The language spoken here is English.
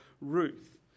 Ruth